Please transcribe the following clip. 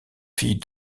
fille